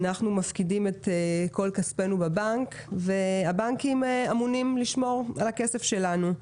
אנחנו מפקידים את כל כספנו בבנק והבנקים אמונים לשמור על הכסף שלנו.